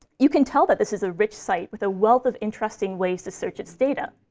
you can tell that this is a rich site with a wealth of interesting ways to search its data.